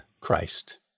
Christ